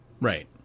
Right